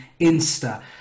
Insta